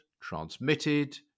transmitted